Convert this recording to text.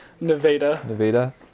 Nevada